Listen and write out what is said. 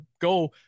go